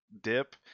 dip